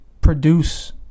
produce